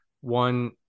One